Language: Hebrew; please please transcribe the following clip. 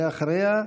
ואחריה,